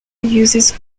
uses